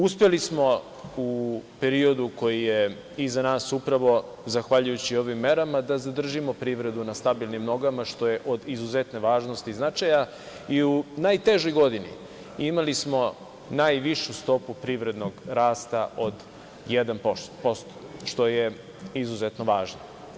Uspeli smo u periodu koji je iza nas, upravo zahvaljujući ovim merama, da zadržimo privredu na stabilnim nogama, što je od izuzetne važnosti i značaja i u najtežoj godini, imali smo najvišu stopu privrednog rasta od 1%, što je izuzetno važno.